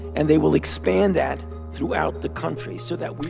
and they will expand that throughout the country so that we.